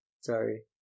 Sorry